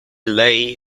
lay